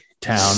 town